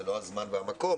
זה לא הזמן והמקום,